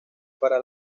para